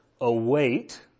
await